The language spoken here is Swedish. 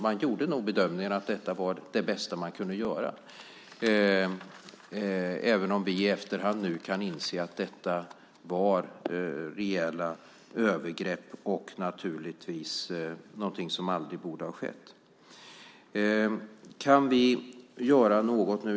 Man gjorde nog bedömningen att detta var det bästa man kunde göra, även om vi i efterhand nu kan inse att detta var rejäla övergrepp och naturligtvis någonting som aldrig borde ha skett. Kan vi göra något nu?